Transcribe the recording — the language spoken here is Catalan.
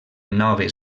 noves